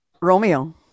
Romeo